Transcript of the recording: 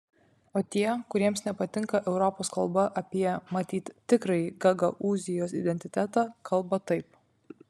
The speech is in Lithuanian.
o tie kuriems nepatinka europos kalba apie matyt tikrąjį gagaūzijos identitetą kalba taip